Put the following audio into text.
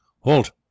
Halt